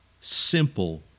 simple